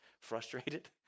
frustrated